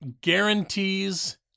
Guarantees